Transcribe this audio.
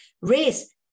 race